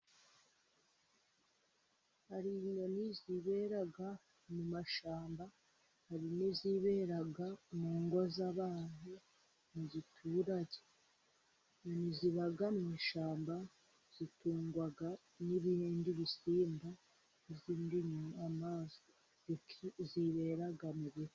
Hari inyoni zibera mu mashyamba, hari n'izibera mu ngo z'abantu mu giturage. Inyoni ziba mu ishyamba, zitungwa n'ibindi bisimba n'amazi. Zibera mu biti.